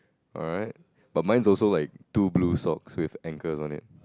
alright but mine is also like two blue socks with anchors on it